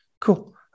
cool